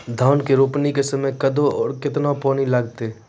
धान के रोपणी के समय कदौ करै मे केतना पानी लागतै?